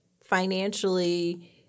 financially –